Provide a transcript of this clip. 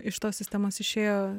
iš tos sistemos išėjo